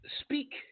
speak